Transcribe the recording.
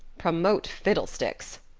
promote fiddlesticks!